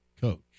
coach